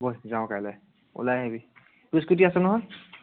ব'ল যাওঁ কাইলৈ ওলাই আহিবি তোৰ স্কুটি আছে নহয়